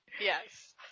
Yes